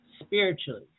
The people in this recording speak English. spiritually